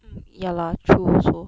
mm ya lah true also